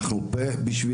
אנחנו פה בשבילם.